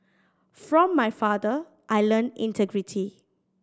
from my father I learnt integrity